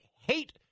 hate